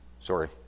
Sorry